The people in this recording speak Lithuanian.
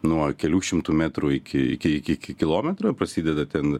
nuo kelių šimtų metrų iki iki iki kilometro ir prasideda ten